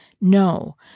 No